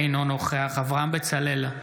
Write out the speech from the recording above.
אינו נוכח אברהם בצלאל,